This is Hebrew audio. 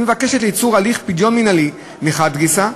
היא מבקשת ליצור הליך פדיון מינהלי מחד גיסא,